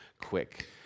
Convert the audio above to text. quick